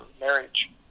marriage